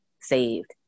saved